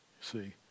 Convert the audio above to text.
see